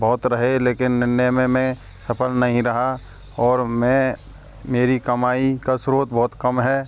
बहुत रहे लेकिन निर्णय में मैं सफल नहीं रहा और मैं मेरी कमाई का स्रोत बहुत कम है